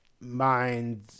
mind